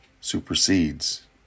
supersedes